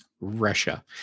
Russia